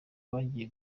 bagiye